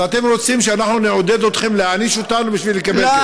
אז אתם רוצים שאנחנו נעודד אתכם להעניש אותנו בשביל לקבל כסף.